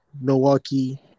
Milwaukee